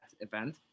event